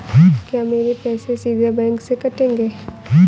क्या मेरे पैसे सीधे बैंक से कटेंगे?